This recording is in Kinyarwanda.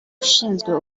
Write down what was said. ushinzwe